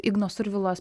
igno survilos